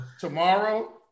tomorrow